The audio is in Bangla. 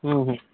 হ্যাঁ হ্যাঁ